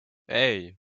hey